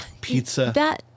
pizza